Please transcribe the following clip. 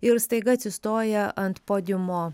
ir staiga atsistoja ant podiumo